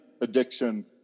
addiction